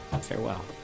farewell